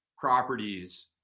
properties